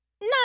No